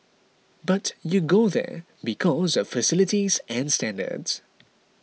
but you go there because of facilities and standards